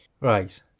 Right